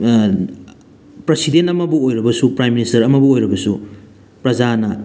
president ꯑꯃꯕꯨ ꯑꯣꯏꯔꯕꯁꯨ prime minister ꯑꯃꯕꯨ ꯑꯣꯏꯔꯕꯁꯨ ꯄ꯭ꯔꯖꯥꯅ